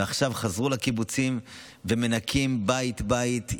ועכשיו חזרו לקיבוצים ומנקים בית-בית,